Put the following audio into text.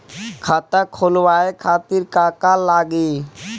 खाता खोलवाए खातिर का का लागी?